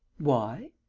why?